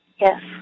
Yes